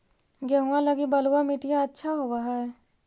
गेहुआ लगी बलुआ मिट्टियां अच्छा होव हैं?